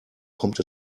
kommt